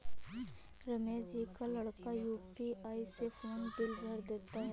रमेश जी का लड़का यू.पी.आई से फोन बिल भर देता है